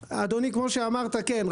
אדוני, כמו שאמרת, כן.